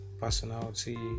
personality